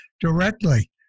directly